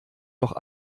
doch